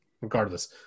regardless